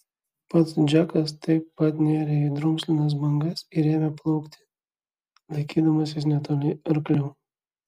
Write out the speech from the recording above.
pats džekas taip pat nėrė į drumzlinas bangas ir ėmė plaukti laikydamasis netoli arklių